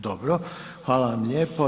Dobro, hvala vam lijepo.